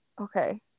Okay